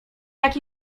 jak